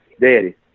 daddy